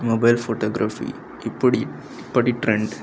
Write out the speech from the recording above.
mobile photography ఇప్పుడు ఇప్పటి trend